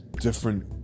different